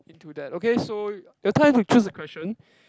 into that okay so your turn to choose a question